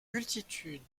multitude